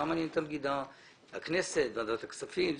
מה מעניין את הנגידה הכנסת וועדת הכספים?